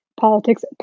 politics